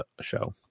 show